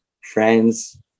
friends